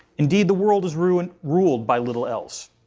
indeed the world is ruled and ruled by little else.